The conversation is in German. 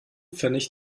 pfennig